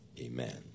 Amen